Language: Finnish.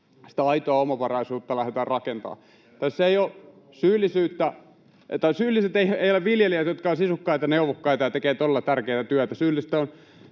sitä aitoa omavaraisuutta lähdetään rakentamaan. [Juha Mäenpään välihuuto] Tässä syyllisiä eivät ole viljelijät, jotka ovat sisukkaita, neuvokkaita ja tekevät todella tärkeätä työtä. Jos syyllisiä